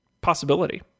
possibility